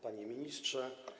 Panie Ministrze!